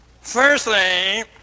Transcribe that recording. Firstly